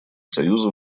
союза